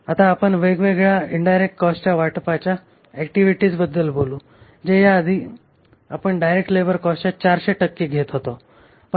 आता आपण वेगवेगळ्या इन्डायरेक्ट कॉस्टच्या वाटपाच्या ऍक्टिव्हिटीजबद्दल बोलू जे याआधी आपण डायरेक्ट लेबर कॉस्टच्या ४०० टक्के घेत होतो